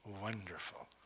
wonderful